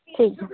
ठीक ऐ